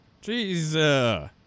Jesus